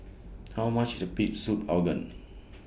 How much IS Pig Soup Organ